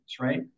right